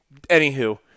Anywho